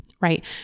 right